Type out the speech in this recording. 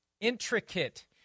intricate